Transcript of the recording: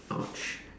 !ouch!